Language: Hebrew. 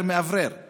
מאוורר לא עוזר.